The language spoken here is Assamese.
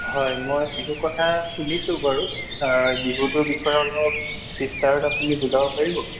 হয় মই বিহু কথা শুনিছোঁ বাৰু বিহুটোৰ বিষয়ে অলপ বিস্তাৰত আপুনি বুজাব পাৰিব